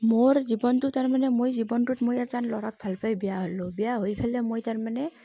মোৰ জীৱনটো তাৰমানে মই জীৱনটোত মই এজন ল'ৰাক ভাল পাই বিয়া হ'লোঁ বিয়া হৈ পেলাই মই তাৰমানে